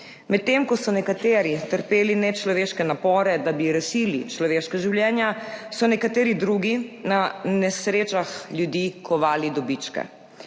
Medtem ko so nekateri trpeli nečloveške napore, da bi rešili človeška življenja, so nekateri drugi na nesrečah ljudi kovali dobičke.